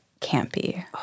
campy